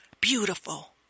beautiful